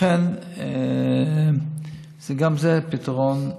לכן גם זה פתרון,